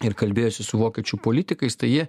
ir kalbėjosi su vokiečių politikais tai jie